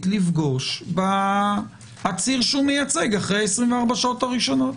לפגוש בעציר שהוא מייצג אחרי 24 השעות הראשונות?